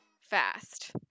fast